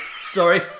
Sorry